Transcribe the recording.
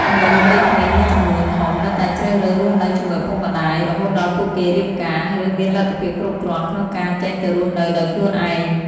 មនុស្សវ័យក្មេងមួយចំនួនធំនៅតែជ្រើសរើសរស់នៅជាមួយឪពុកម្តាយ រហូតដល់ពួកគេរៀបការ ឬមានលទ្ធភាពគ្រប់គ្រាន់ក្នុងការចេញទៅរស់នៅដោយខ្លួនឯង។